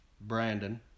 Brandon